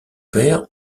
père